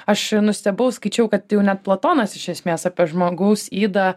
aš nustebau skaičiau kad jau net platonas iš esmės apie žmogaus ydą